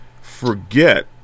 forget